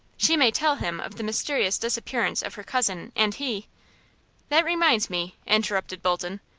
she may tell him of the mysterious disappearance of her cousin, and he that reminds me, interrupted bolton.